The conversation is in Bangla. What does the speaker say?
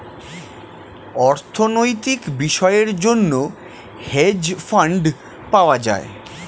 অর্থনৈতিক বিষয়ের জন্য হেজ ফান্ড পাওয়া যায়